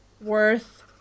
worth